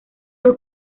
dos